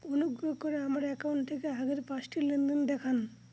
অনুগ্রহ করে আমার অ্যাকাউন্ট থেকে আগের পাঁচটি লেনদেন দেখান